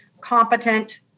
competent